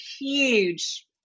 huge